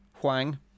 Huang